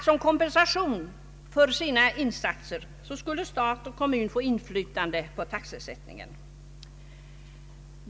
Som kompensation för sina insatser skulle stat och kommun få inflytande på taxesättningen.